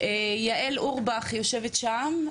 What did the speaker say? יעל אורבך יושבת שם,